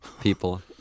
people